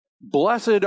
Blessed